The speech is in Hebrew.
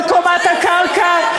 בקומת הקרקע,